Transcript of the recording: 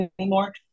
anymore